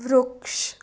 વૃક્ષ